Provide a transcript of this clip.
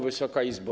Wysoka Izbo!